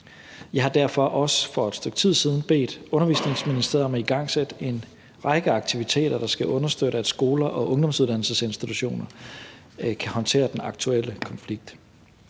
Jeg har derfor også for stykke tid siden bedt Undervisningsministeriet om at igangsætte en række aktiviteter, der skal understøtte, at skoler og ungdomsuddannelsesinstitutioner kan håndtere den aktuelle konflikt.